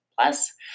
plus